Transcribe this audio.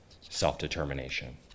self-determination